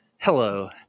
hello